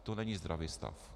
To není zdravý stav.